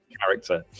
character